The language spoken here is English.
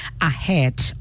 ahead